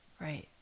Right